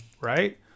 right